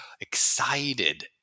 excited